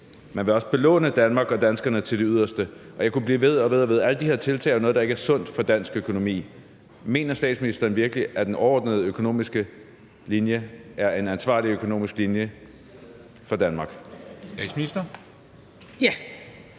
Man vil også belåne Danmark og danskerne til det yderste. Og jeg kunne blive ved og ved – alle de her tiltag er jo noget, der ikke er sundt for dansk økonomi. Mener statsministeren virkelig, at den overordnede økonomiske linje er en ansvarlig økonomisk linje for Danmark?